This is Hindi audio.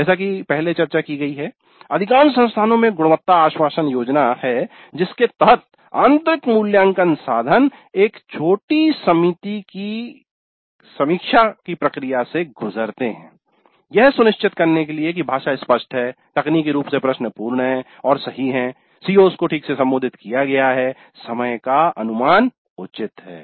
जैसा कि पहले चर्चा की गई है अधिकांश संस्थानों में एक गुणवत्ता आश्वासन योजना होती है जिसके तहत आंतरिक मूल्यांकन साधन एक छोटी समिति द्वारा समीक्षा की प्रक्रिया से गुजरते हैं यह सुनिश्चित करने के लिए कि भाषा स्पष्ट है तकनीकी रूप से प्रश्न पूर्ण और सही है CO's को ठीक से संबोधित किया गया है समय का अनुमान उचित है